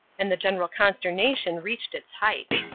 and the general consternation reached its height.